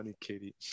Katie